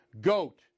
GOAT